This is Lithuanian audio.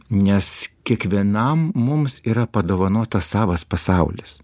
nes kiekvienam mums yra padovanotas savas pasaulis